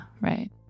right